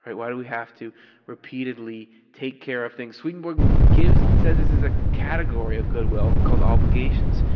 why do we have to repeatedly take care of things? swedenborg gives, says this is a category of goodwill called obligations.